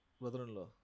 brother-in-law